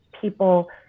People